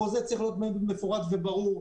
החוזה צריך להיות מפורט וברור.